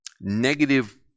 negative